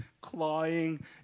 clawing